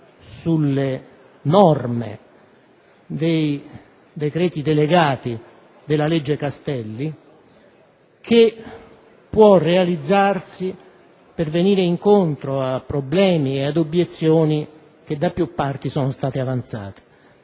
delle norme dei decreti delegati della cosiddetta legge Castelli che può realizzarsi per venire incontro a problemi e obiezioni che da più parti sono state avanzate.